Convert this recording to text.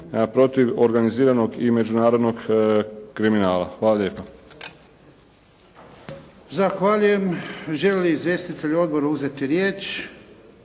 protiv organiziranog i međunarodnog kriminala. Hvala lijepa. **Jarnjak, Ivan (HDZ)** Zahvaljujem. Žele li izvjestitelji odbora uzeti riječ?